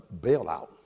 bailout